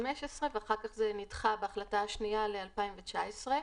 ואחר כך בהחלטה השניה זה נדחה ל-2019.